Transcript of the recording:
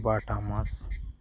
বাটা মাছ